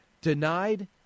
denied